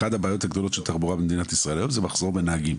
אחת הבעיות הגדולות של תחבורה במדינת ישראל היום זה מחסור בנהגים.